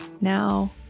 Now